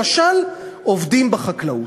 למשל, עובדים בחקלאות.